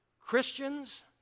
Christians